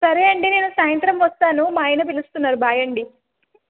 సరే అండి నేను సాయంత్రం వస్తాను మా ఆయన పిలుస్తున్నారు బాయ్ అండి